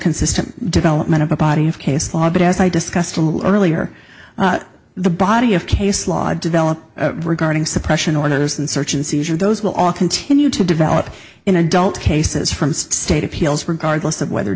consistent development of a body of case law but as i discussed a little earlier the body of case law developed regarding suppression orders and search and seizure those will all continue to develop in adult cases from state appeals regardless of whether